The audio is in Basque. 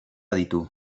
ditu